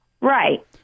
Right